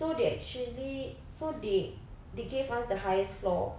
so they actually so they they gave us the highest floor